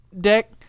deck